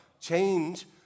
change